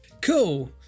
cool